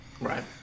Right